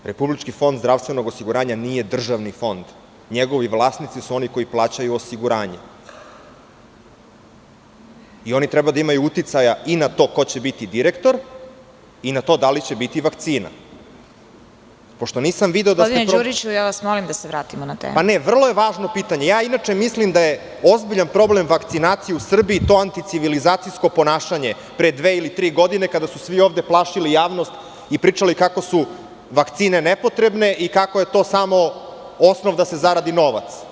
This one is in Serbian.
Republički fond zdravstvenog osiguranja nije državni fond, njegovi vlasnici su oni koji plaćaju osiguranje i oni trebaju da imaju uticaja i na to ko će biti direktor i na to dali će biti vakcina, pošto nisam video da ste… (Predsedavajuća: Gospodine Đuriću, molim vas da se vratimo na temu.) Ne, vrlo je važno pitanje, inače mislim da je ozbiljan problem vakcinacije u Srbije to anticivilizacijsko ponašanje pre dve ili tri godine, kada su svi ovde plašili javnost i pričali kako su vakcine nepotrebne i kako je to samo osnov da se zaradi novac.